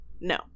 No